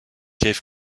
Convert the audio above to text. keith